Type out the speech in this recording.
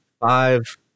five